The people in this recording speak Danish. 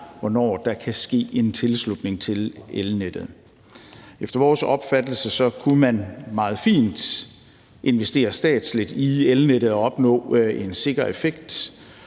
hvornår der kan ske en tilslutning til elnettet. Efter vores opfattelse kunne man meget fint investere statsligt i elnettet og opnå en sikker effekt